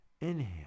Inhale